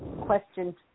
question